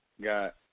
Got